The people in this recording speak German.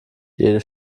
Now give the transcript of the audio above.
jede